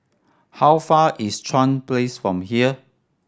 how far is Chuan Place from here